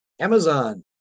Amazon